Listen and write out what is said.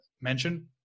mention